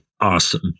Awesome